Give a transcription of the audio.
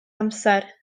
amser